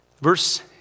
Verse